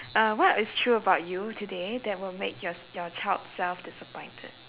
uh what is true about you today that will make your your child self disappointed